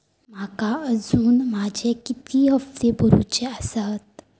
माका अजून माझे किती हप्ते भरूचे आसत?